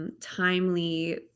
Timely